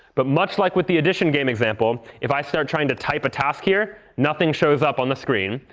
but much like with the addition game example, if i start trying to type a task here, nothing shows up on the screen.